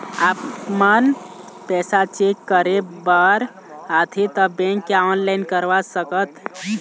आपमन पैसा चेक करे बार आथे ता बैंक या ऑनलाइन करवा सकत?